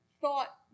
thought